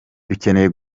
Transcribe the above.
dukeneye